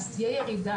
אז תהיה ירידה,